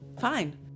fine